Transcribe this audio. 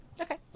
Okay